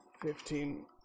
fifteen